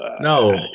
no